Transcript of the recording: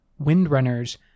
windrunners